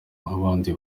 nk’abandi